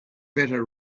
better